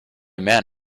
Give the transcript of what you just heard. man